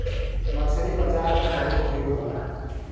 मछरी बाजार में बहुत भीड़ होला